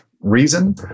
reason